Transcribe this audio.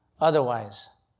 Otherwise